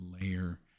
layer